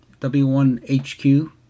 W1HQ